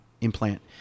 implant